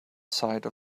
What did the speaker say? side